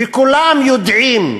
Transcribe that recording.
וכולם יודעים בממשלה: